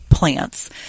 Plants